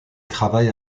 travaille